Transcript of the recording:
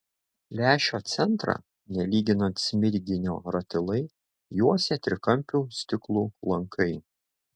lęšio centrą nelyginant smiginio ratilai juosė trikampių stiklų lankai